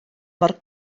mor